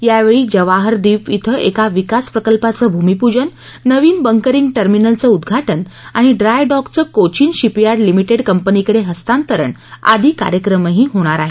यावेळी जवाहर द्वीप इथं एका विकास प्रकल्पाचं भूमीपूजन नवीन बंकरिंग टर्मिनलचं उद्घाटन आणि ड्राय डॉकचं कोचीन शिपयार्ड लिमिटेड कंपनीकडे हस्तांतरण आदी कार्यक्रमही होणार आहेत